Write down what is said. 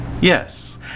Yes